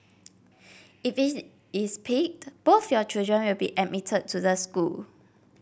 if is picked both your children will be admitted to the school